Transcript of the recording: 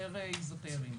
יותר אזוטריים,